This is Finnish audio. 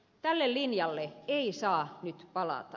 tälle linjalle ei saa nyt palata